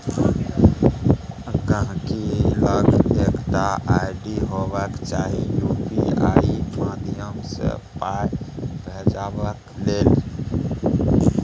गांहिकी लग एकटा आइ.डी हेबाक चाही यु.पी.आइ माध्यमसँ पाइ भेजबाक लेल